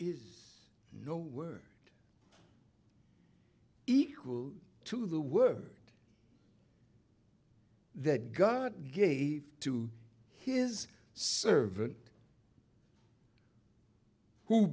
is no word equal to the word that god gave to his servant who